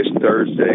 Thursday